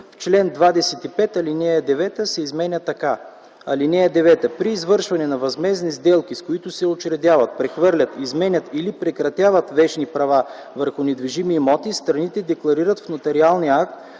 в чл. 25 ал. 9 се изменя така: „(9) При извършване на възмездни сделки, с които се учредяват, прехвърлят, изменят или прекратяват вещни права върху недвижими имоти, страните декларират в нотариалния акт,